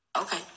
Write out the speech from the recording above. Okay